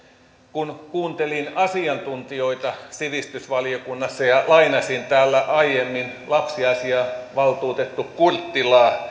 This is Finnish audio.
kun kuuntelin asiantuntijoita sivistysvaliokunnassa ja lainasin täällä aiemmin lapsiasiavaltuutettu kurttilaa